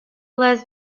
less